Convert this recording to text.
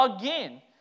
again